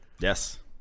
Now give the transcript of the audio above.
yes